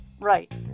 right